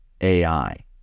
AI